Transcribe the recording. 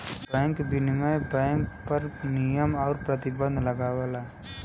bank विनियमन bank पर नियम आउर प्रतिबंध लगावला